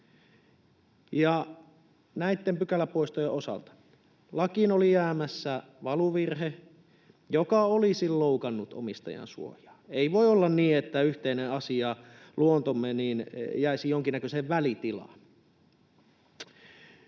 Näitten pykäläpoistojen osalta lakiin oli jäämässä valuvirhe, joka olisi loukannut omistajan suojaa. Ei voi olla niin, että yhteinen asia, luontomme, jäisi jonkinnäköiseen välitilaan.